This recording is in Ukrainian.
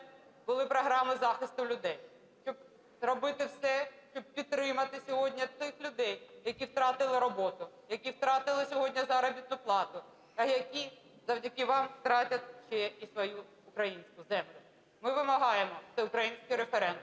були програми захисту людей, щоб зробити все, щоб підтримати сьогодні тих людей, які втратили роботу, які втратили сьогодні заробітну плату та які завдяки вам втратять ще і свою українську землю. Ми вимагаємо всеукраїнський референдум,